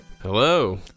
Hello